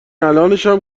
الانشم